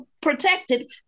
protected